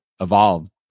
evolved